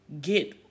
get